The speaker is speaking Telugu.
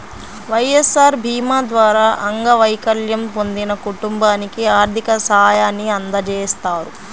వైఎస్ఆర్ భీమా ద్వారా అంగవైకల్యం పొందిన కుటుంబానికి ఆర్థిక సాయాన్ని అందజేస్తారు